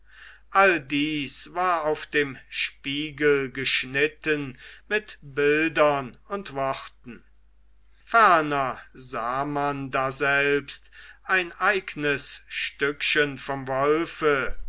all dies war auf dem spiegel geschnitten mit bildern und worten ferner sah man daselbst ein eignes stückchen vom wolfe